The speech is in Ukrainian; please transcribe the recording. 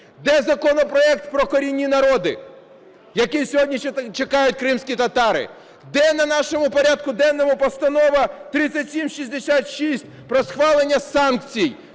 Де законопроект про корінні народи, який сьогодні чекають кримські татари? Де у нашому порядку денному Постанова 3766 про схвалення санкцій